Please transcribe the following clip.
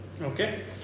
Okay